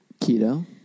Keto